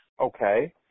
Okay